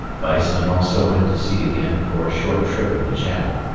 weissman also went to sea again for a short trip in the channel,